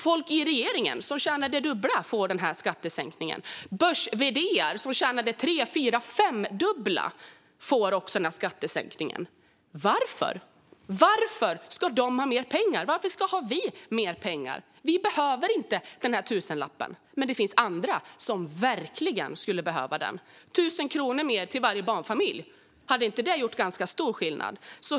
Folk i regeringen, som tjänar det dubbla, får också denna skattesänkning. Börs-vd:ar, som tjänar det tredubbla, fyrdubbla eller femdubbla, får också denna skattesänkning. Varför ska de ha mer pengar? Varför ska vi ha mer pengar? Vi behöver inte den där tusenlappen, men det finns andra som verkligen skulle behöva den. Hade inte 1 000 kronor mer till varje barnfamilj gjort ganska stor skillnad?